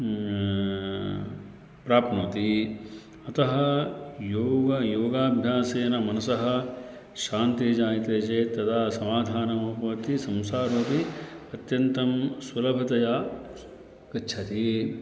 प्राप्नोति अतः योग योगाभ्यासेन मनसः शान्तिः जायते चेत् तदा समाधानमपि भवति संसारोपि अत्यन्तं सुलभतया गच्छति